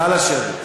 נא לשבת.